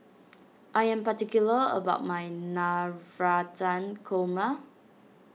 I am particular about my Navratan Korma